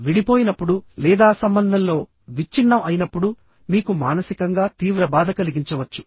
విడిపోయినప్పుడు లేదా సంబంధంలో విచ్ఛిన్నం అయినప్పుడు మీకు మానసికంగా తీవ్ర బాధ కలిగించవచ్చు